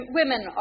women